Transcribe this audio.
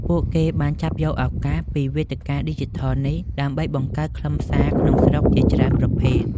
ពួកគេបានចាប់យកឱកាសពីវេទិកាឌីជីថលនេះដើម្បីបង្កើតខ្លឹមសារក្នុងស្រុកជាច្រើនប្រភេទ។